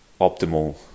optimal